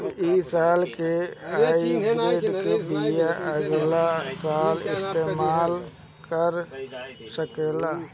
इ साल के हाइब्रिड बीया अगिला साल इस्तेमाल कर सकेला?